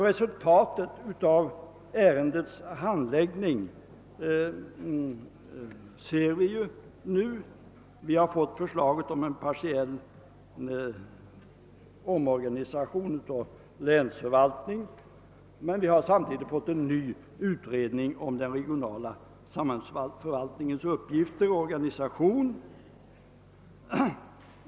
Resultatet av ärendets handläggning ser vi nu; vi har fått förslaget om en partiell omorganisation av länsförvaltningen. Men samtidigt har vi fått en ny utredning om den regionala samhällsförvaltningens uppgifter och organisation.